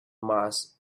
mass